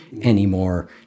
anymore